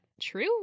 true